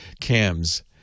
cams